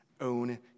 own